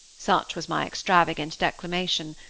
such was my extravagant declamation.